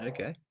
Okay